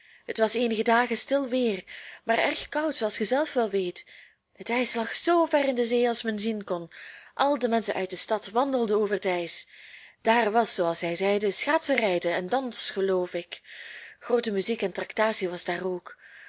het was eenige dagen stil weer maar erg koud zooals ge zelf wel weet het ijs lag zoover in de zee als men zien kon al de menschen uit de stad wandelden over het ijs daar was zooals zij zeiden schaatsenrijden en dans geloof ik groote muziek en traktatie was daar ook